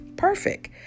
perfect